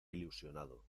ilusionado